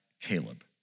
Caleb